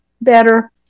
better